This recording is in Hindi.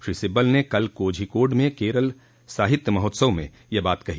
श्री सिब्बल ने कल कोझीकोड में केरल साहित्य महोत्सव में यह बात कही